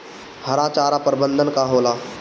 हरा चारा प्रबंधन का होला?